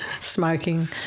Smoking